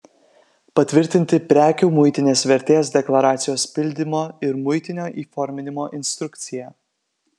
patvirtinti prekių muitinės vertės deklaracijos pildymo ir muitinio įforminimo instrukciją